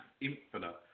infinite